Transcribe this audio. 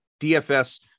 DFS